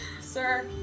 sir